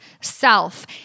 self